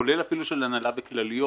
כולל אפילו של הנהלה וכלליות.